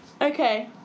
Okay